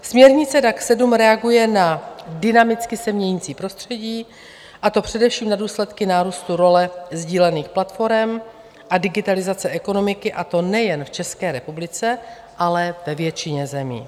Směrnice DAG 7 reaguje na dynamicky se měnící prostředí, a to především na důsledky nárůstu role sdílených platforem a digitalizace ekonomiky, a to nejen v České republice, ale ve většině zemí.